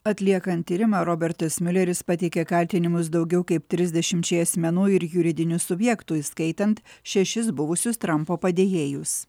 atliekant tyrimą robertas miuleris pateikė kaltinimus daugiau kaip trisdešimčiai asmenų ir juridinių subjektų įskaitant šešis buvusius trampo padėjėjus